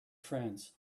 friends